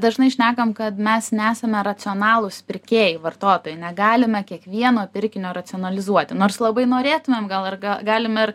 dažnai šnekam kad mes nesame racionalūs pirkėjai vartotojai negalime kiekvieno pirkinio racionalizuoti nors labai norėtumėm gal ir ga galim ir